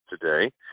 today